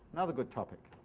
another good topic.